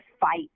fight